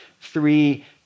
three